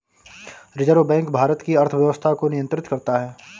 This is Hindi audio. रिज़र्व बैक भारत की अर्थव्यवस्था को नियन्त्रित करता है